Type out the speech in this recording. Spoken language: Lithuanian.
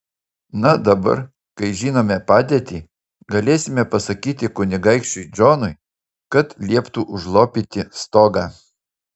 na dabar kai žinome padėtį galėsime pasakyti kunigaikščiui džonui kad lieptų užlopyti stogą